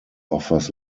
offers